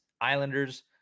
Islanders